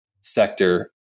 sector